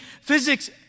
physics